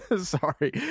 sorry